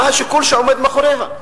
מה השיקול שעומד מאחוריה?